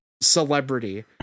celebrity